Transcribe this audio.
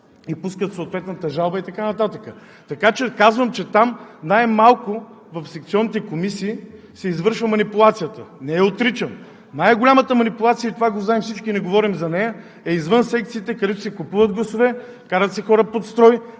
пускат съответната жалба и така нататък. Казвам, че в секционните комисии най-малко се извършва манипулацията – не я отричам. Най-голямата манипулация – това го знаем всички и не говорим за нея – е извън секциите, където се купуват гласове, карат се хора под строй,